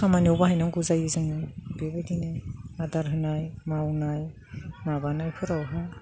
खामानियाव बाहायनांगौ जायो जोङो बेबायदिनो आदार होनाय मावनाय माबानायफोरावहाय